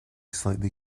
slightly